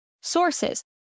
sources